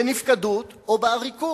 בנפקדות או בעריקות.